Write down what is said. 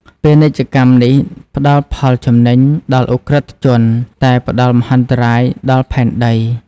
ពាណិជ្ជកម្មនេះផ្តល់ផលចំណេញដល់ឧក្រិដ្ឋជន តែផ្តល់មហន្តរាយដល់ផែនដី។